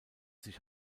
sich